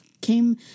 came